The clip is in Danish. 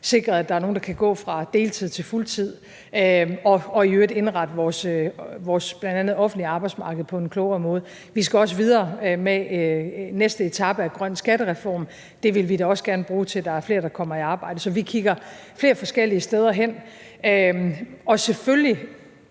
sikret, at der er nogle, der kan gå fra deltid til fuldtid, og i øvrigt få indrettet bl.a. vores offentlige arbejdsmarked på en klogere måde. Vi skal også videre med næste etape af en grøn skattereform; det vil vi da også gerne bruge til, at der er flere, der kommer i arbejde. Så vi kigger flere forskellige steder hen, og selvfølgelig